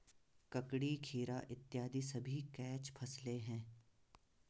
ककड़ी, खीरा इत्यादि सभी कैच फसलें हैं